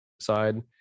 side